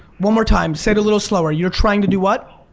one more time, say it a little slower. you're trying to do what?